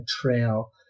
trail